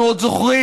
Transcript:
אנחנו עוד זוכרים,